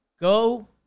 Go